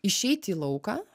išeiti į lauką